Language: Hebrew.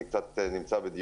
אני נמצא בדיון